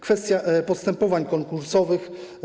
Kwestia postępowań konkursowych.